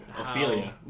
Ophelia